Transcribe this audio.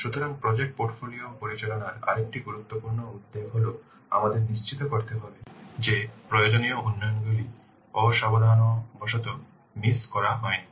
সুতরাং project portfolio পরিচালনার আরেকটি গুরুত্বপূর্ণ উদ্বেগ হল আমাদের নিশ্চিত করতে হবে যে প্রয়োজনীয় উন্নয়নগুলি অসাবধানতাবশত মিস করা হয়নি